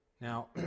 Now